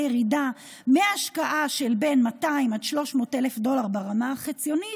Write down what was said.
ירידה מהשקעה של 300,000-200,000 דולר ברמה החציונית,